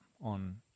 on